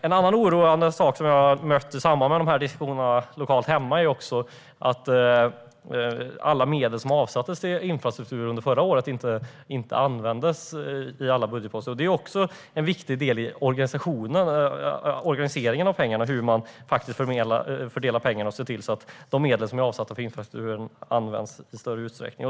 En annan oroande sak som jag har mött i samband med dessa diskussioner lokalt är att alla medel som avsattes till infrastruktur under förra året inte användes i alla budgetposter. Detta är också en viktig del i organisationen av pengarna och hur man fördelar dem och ser till att de medel som är avsatta för infrastrukturen används i större utsträckning.